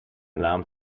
naam